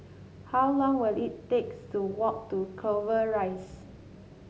how long will it takes to walk to Clover Rise